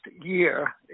year